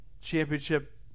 championship